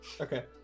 Okay